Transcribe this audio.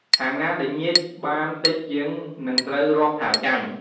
ខាងណាដែលញៀចបានតិចជាងនឹងត្រូវរាប់ថាចាញ់។